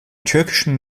türkischen